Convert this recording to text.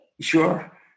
Sure